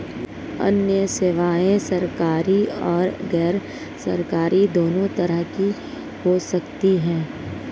अन्य सेवायें सरकारी और गैरसरकारी दोनों तरह की हो सकती हैं